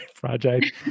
project